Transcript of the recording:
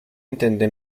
intende